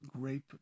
grape